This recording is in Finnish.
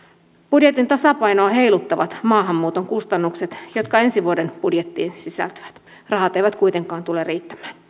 budjetin tasapainoa heiluttavat maahanmuuton kustannukset jotka ensi vuoden budjettiin sisältyvät rahat eivät kuitenkaan tule riittämään